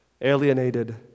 Alienated